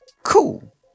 Cool